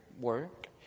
work